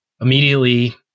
Immediately